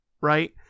Right